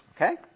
Okay